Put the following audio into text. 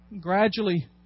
Gradually